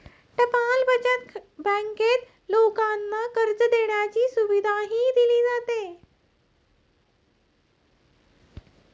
टपाल बचत बँकेत लोकांना कर्ज देण्याची सुविधाही दिली जाते